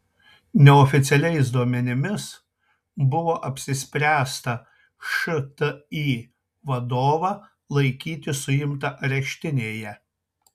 neoficialiais duomenimis buvo apsispręsta šti vadovą laikyti suimtą areštinėje